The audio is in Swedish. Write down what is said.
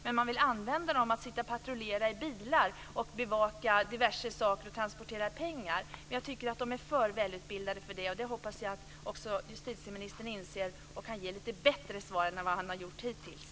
Man vill använda männen till patrullering i bilar, bevakning och transport av pengar. Jag tycker att de är för välutbildade för det, och det hoppas jag att också justitieministern inser. Jag hoppas att han kan ge lite bättre svar än vad han har gjort hittills.